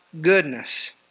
goodness